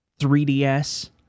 3DS